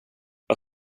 vad